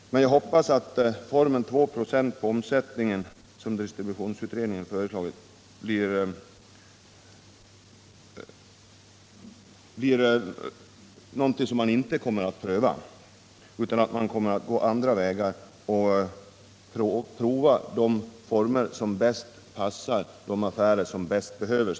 Jag hoppas dock att man inte prövar formen med stöd med 2 96 på omsättningen, som distributionsutredningen föreslagit, utan kommer att gå andra vägar.